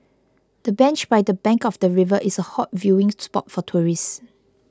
the bench by the bank of the river is a hot viewing spot for tourists